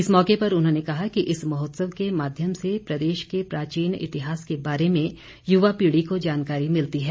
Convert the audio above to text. इस मौके पर उन्होंने कहा कि इस महोत्सव के माध्यम से प्रदेश के प्राचीन इतिहास के बारे में युवा पीढ़ी को जानकारी मिलती है